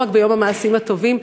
לא רק ביום המעשים הטובים.